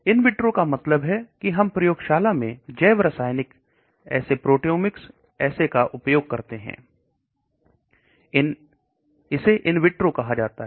इन vitro का मतलब है कि हम प्रयोगशाला में जेब रसायनिक ऐसे प्रोटियोमिक ऐसे का उपयोग करते हैं इसे इन विट्रो कहा जाता है